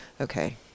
okay